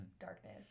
darkness